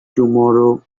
tomorrow